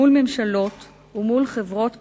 מול ממשלות ומול חברות פרטיות,